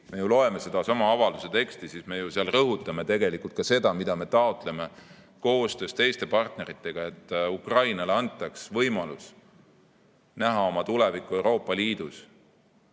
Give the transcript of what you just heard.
me loeme sedasama avalduse teksti, siis [näeme, et] me rõhutame tegelikult ka seda, mida me taotleme koostöös teiste partneritega: et Ukrainale antaks võimalus näha oma tulevikku Euroopa Liidus,